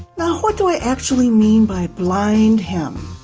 now what do i actually mean by blind hem?